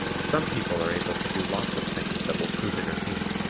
some people are able to do lots of things that will prove entertaining.